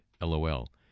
LOL